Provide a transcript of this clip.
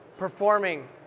Performing